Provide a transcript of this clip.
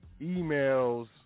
emails